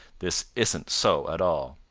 this isn't so at all.